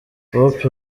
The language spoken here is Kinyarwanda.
hope